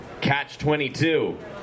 Catch-22